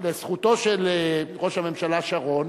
לזכותו של ראש הממשלה שרון,